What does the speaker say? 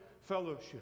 fellowship